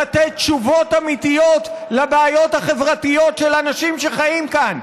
לתת תשובות אמיתיות לבעיות החברתיות של אנשים שחיים כאן,